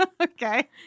Okay